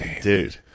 dude